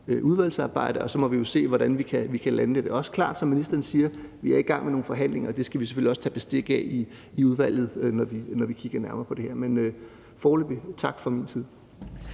udvalgsarbejdet. Og så må vi jo se, hvordan vi kan lande det. Det er også klart, som ministeren siger, at vi er i gang med nogle forhandlinger, og det skal vi selvfølgelig også tage bestik af i udvalget, når vi kigger nærmere på det her. Men foreløbig tak fra min side.